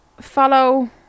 Follow